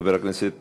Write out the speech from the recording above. חבר הכנסת